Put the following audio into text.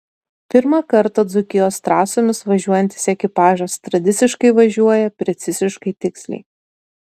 pirmą kartą dzūkijos trasomis važiuojantis ekipažas tradiciškai važiuoja preciziškai tiksliai